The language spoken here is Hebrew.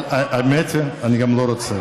אבל האמת היא שאני גם לא רוצה.